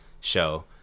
show